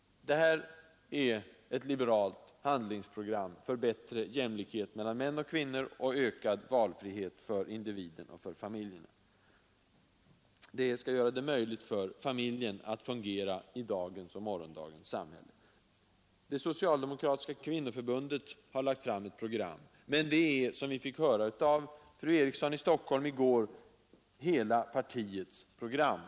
Detta är ett liberalt handlingsprogram för jämlikhet mellan män och kvinnor och ökad valfrihet för individen och för familjerna. Det skall göra det möjligt för familjerna att fungera i dagens och morgondagens samhälle. Socialdemokratiska kvinnoförbundet har också lagt fram ett program och det är, som vi fick höra av fru Eriksson i Stockholm i går, hela partiets program.